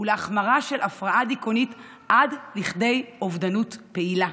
ולהחמרה של הפרעה דיכאונית עד לכדי אובדנות פעילה.